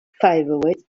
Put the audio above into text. favorite